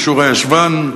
יישור הישבן,